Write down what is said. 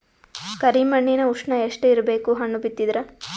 ಕರಿ ಮಣ್ಣಿನ ಉಷ್ಣ ಎಷ್ಟ ಇರಬೇಕು ಹಣ್ಣು ಬಿತ್ತಿದರ?